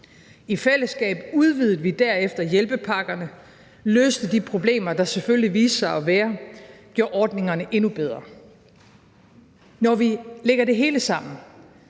I fællesskab udvidede vi derefter hjælpepakkerne, løste de problemer, der selvfølgelig viste sig at være, gjorde ordningerne endnu bedre. Når vi lægger det hele sammen,